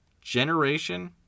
generation